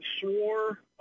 swore